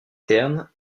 terne